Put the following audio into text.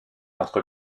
entre